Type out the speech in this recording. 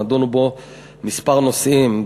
ונדונו בו כמה נושאים,